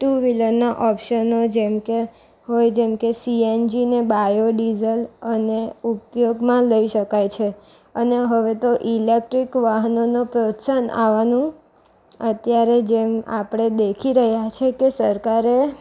two વ્હીલરના ઓપ્શનો જેમકે હોય જેમકે સીએનજી ને બાયો ડીઝલ અને ઉપયોગમાં લઈ શકાય છે અને હવે તો ઇલેક્ટ્રિક વાહનોનો પ્રોત્સાહન આપવાનું અત્યારે જેમ આપણે દેખી રહ્યાં છીએ કે સરકારે